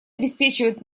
обеспечивают